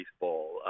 baseball